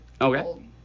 okay